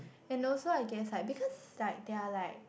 and also I guess like because like they are like